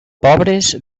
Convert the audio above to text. pobres